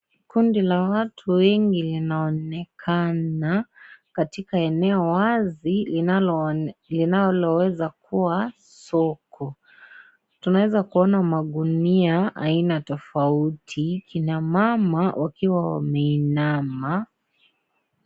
Kundi la watu wengi linaonekana, katika eneo wazi linaloweza kuwa soko. Tunaweza kuona magunia aina tofauti. Kina mama wakiwa wameinama.